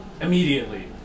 Immediately